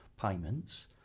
payments